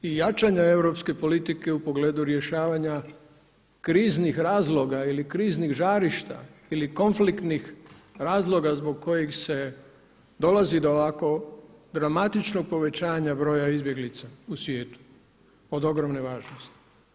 I jačanja europske politike u pogledu rješavanja kriznih razloga ili kriznih žarišta ili konfliktnih razloga zbog kojih dolazi do ovako dramatičnog povećanja broja izbjeglica u svijetu od ogromne važnosti.